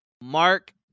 Mark